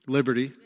Liberty